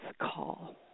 call